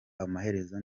amaherezo